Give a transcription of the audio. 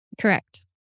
Correct